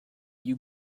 you